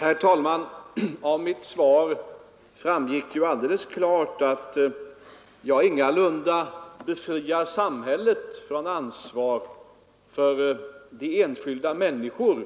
Herr talman! Av mitt svar framgick alldeles klart att jag ingalunda befriar sam hället från ansvar för de enskilda människor